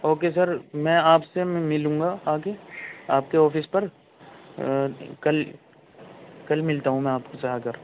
okay sir میں آپ سے میں ملوں گا آ کے آپ کے آفس پر کل کل ملتا ہوں میں آپ سے آ کر